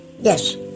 Yes